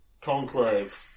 Conclave